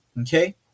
Okay